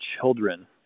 children